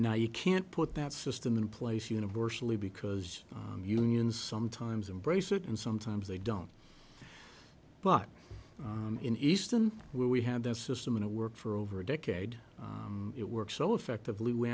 now you can't put that system in place universally because unions sometimes embrace it and sometimes they don't but in eastham we have this system and it worked for over a decade it works so effectively we